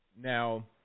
Now